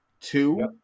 Two